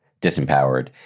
disempowered